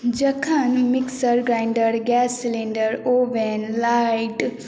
जखन mixer grinder gas cylinder oven light